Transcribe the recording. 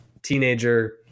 teenager